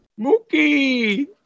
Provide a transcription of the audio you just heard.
Mookie